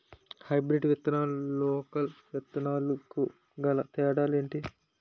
Hybrid విత్తనాలకు local విత్తనాలకు గల తేడాలు ఏంటి?